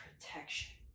protection